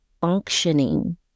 functioning